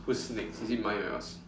who's next is it mine or yours